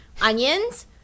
Onions